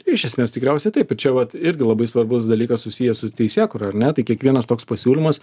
iš esmės tikriausiai taip čia vat irgi labai svarbus dalykas susijęs su teisėkūra ar ne tai kiekvienas toks pasiūlymas